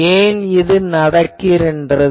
ஏன் இது நடக்கிறது